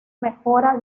mejora